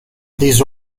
these